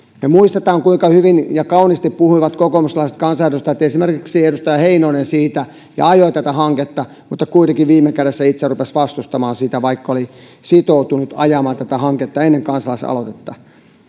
me muistamme kuinka hyvin ja kauniisti kokoomuslaiset kansanedustajat puhuivat esimerkiksi edustaja heinonen ajoi tätä hanketta mutta kuitenkin viime kädessä itse rupesi vastustamaan sitä vaikka oli sitoutunut ajamaan tätä hanketta ennen kansalaisaloitetta